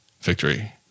victory